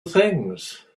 things